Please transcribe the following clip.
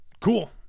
Cool